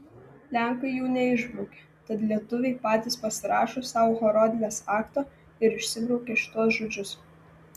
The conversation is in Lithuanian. lenkai jų neišbraukė tad lietuviai patys pasirašo sau horodlės aktą ir išsibraukia šituos žodžius